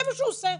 זה מה שהוא עושה.